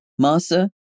MASA